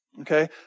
Okay